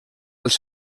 als